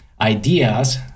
ideas